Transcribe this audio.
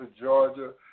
Georgia